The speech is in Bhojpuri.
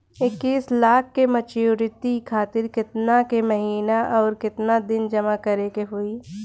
इक्कीस लाख के मचुरिती खातिर केतना के महीना आउरकेतना दिन जमा करे के होई?